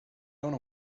gone